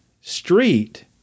street